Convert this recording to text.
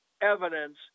evidence